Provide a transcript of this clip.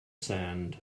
sand